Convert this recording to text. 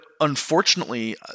unfortunately